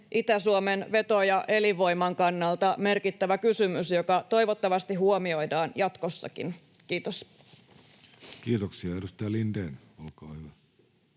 Itä-Suomen veto- ja elinvoiman kannalta merkittävä kysymys, joka toivottavasti huomioidaan jatkossakin. — Kiitos. [Speech 317] Speaker: